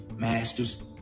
Masters